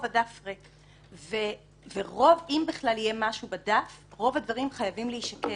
אם יהיה משהו בדף הוא יהיה חייב להישקל.